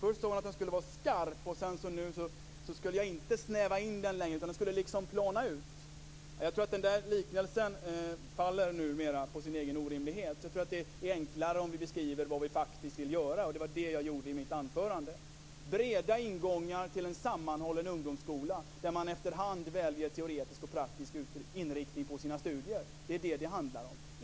Hon sade tidigare att den skulle vara skarp, och nu skulle jag inte snäva in den längre utan låta den plana ut. Jag tror att den liknelsen faller på sin egen orimlighet. Jag tror att det är enklare om vi beskriver vad vi faktiskt vill göra, och det var vad jag gjorde i mitt anförande. Vi vill ha breda ingångar till en sammanhållen ungdomsskola där man efterhand väljer teoretisk och praktiskt inriktning på sina studier. Det är vad det handlar om.